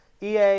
EA